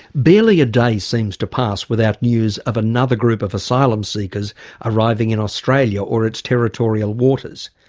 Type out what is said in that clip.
barely a day seems to pass without news of another group of asylum seekers arriving in australia or its territorial waters.